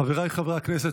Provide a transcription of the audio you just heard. חבריי חברי הכנסת,